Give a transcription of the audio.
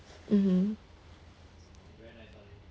mmhmm